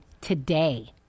today